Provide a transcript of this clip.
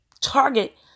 target